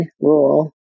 rule